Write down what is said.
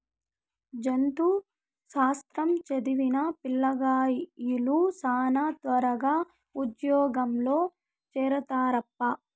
జంతు శాస్త్రం చదివిన పిల్లగాలులు శానా త్వరగా ఉజ్జోగంలో చేరతారప్పా